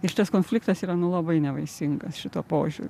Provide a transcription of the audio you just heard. ir tas konfliktas yra nu labai nevaisingas šituo požiūriu